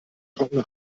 trockene